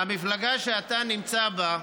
המפלגה שאתה נמצא בה,